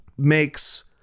Makes